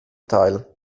teil